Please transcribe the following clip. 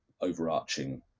overarching